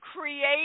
create